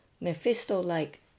mephisto-like